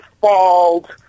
fault